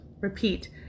repeat